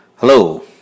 Hello